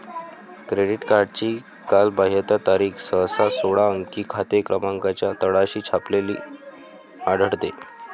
credit कार्डची कालबाह्यता तारीख सहसा सोळा अंकी खाते क्रमांकाच्या तळाशी छापलेली आढळते